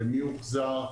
למי הוחזר,